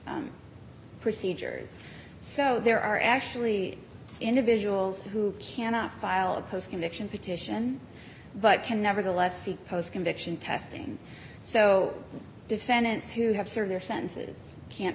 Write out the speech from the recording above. procedures so there are actually individuals who cannot file a post conviction petition but can nevertheless seek post conviction testing so defendants who have served their sentences can't